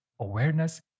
awareness